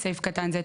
(4) בסעיף קטן זה,